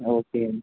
okay అండి